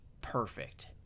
perfect